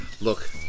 Look